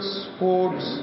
sports